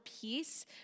peace